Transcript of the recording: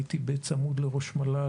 הייתי בצמוד לראש מל"ל.